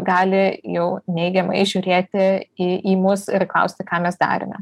gali jau neigiamai žiūrėti į į mus ir klausti ką mes darėme